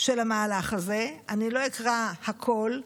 של המהלך הזה, אני לא אקרא הכול.